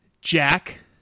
Jack